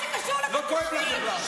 לא כואב לך בכלל.